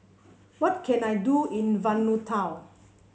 what can I do in Vanuatu